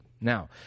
Now